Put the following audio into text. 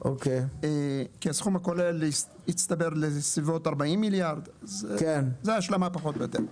כי הסכום הכולל הצטבר לסביבות 40 מיליארד אז זו ההשלמה פחות או יותר.